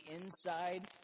inside